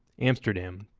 amsterdam,